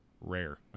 rare